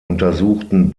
untersuchten